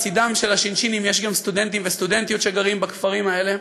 לצדם של השין-שינים יש גם סטודנטים וסטודנטיות שגרים בכפרים האלה,